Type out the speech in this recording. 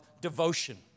devotion